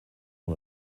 van